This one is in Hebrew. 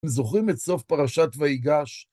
זוכרים את סוף פרשת ויגש?